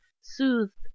SOOTHED